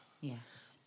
Yes